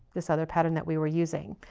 this other pattern that we were using.